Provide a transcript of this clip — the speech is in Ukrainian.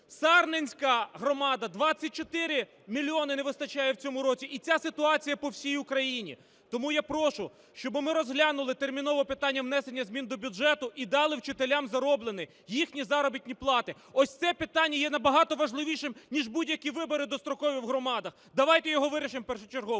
Сарненська громада – 24 мільйони не вистачає в цьому році. І ця ситуація по всій Україні. Тому я прошу, щоб ми розглянули терміново питання внесення змін до бюджету і дали вчителям зароблені їхні заробітні плати. Ось це питання є набагато важливішим ніж будь-які вибори дострокові в громадах, давайте його вирішимо першочергово.